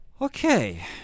okay